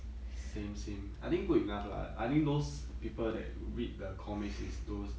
same same I think good enough lah I think those people that read the comics is those